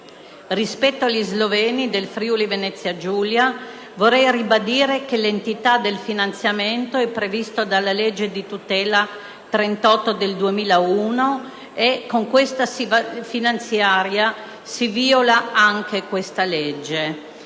Rispetto agli sloveni del Friuli-Venezia Giulia vorrei ribadire che l'entità del finanziamento è prevista dalla legge di tutela n. 38 del 2001 e con questa finanziaria si viola anche tale legge.